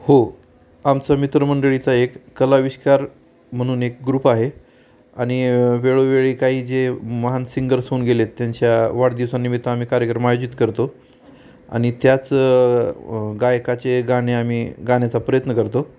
हो आमचं मित्रमंडळीचा एक कलाविष्कार म्हणून एक ग्रुप आहे आणि वेळोवेळी काही जे महान सिंगर्स होऊन गेलेत त्यांच्या वाढदिवसानिमित्त आम्ही कार्यक्रम आयोजित करतो आणि त्याच गायकाचे गाणे आम्ही गाण्याचा प्रयत्न करतो